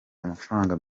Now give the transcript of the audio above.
amafaranga